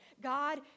God